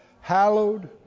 hallowed